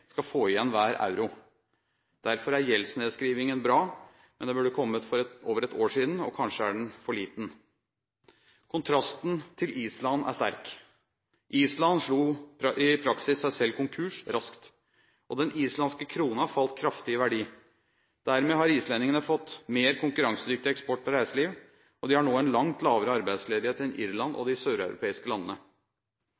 skal få igjen hver euro. Derfor er gjeldsnedskrivningen bra, men den burde ha kommet for over et år siden – og kanskje er den for liten. Kontrasten til Island er sterk. Island slo i praksis seg selv konkurs raskt. Den islandske kronen falt kraftig i verdi. Dermed har islendingene fått mer konkurransedyktig eksport og reiseliv, og de har nå en langt lavere arbeidsledighet enn Irland og